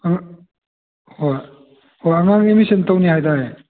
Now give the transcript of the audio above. ꯑꯥ ꯍꯣꯏ ꯍꯣꯏ ꯑꯉꯥꯡ ꯑꯦꯠꯃꯤꯁꯟ ꯇꯧꯅꯤ ꯍꯥꯏꯗꯥꯏꯅꯦ